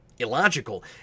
Illogical